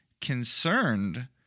concerned